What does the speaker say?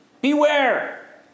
beware